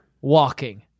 walking